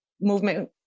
movement